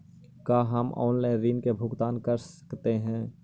का हम आनलाइन ऋण भुगतान कर सकते हैं?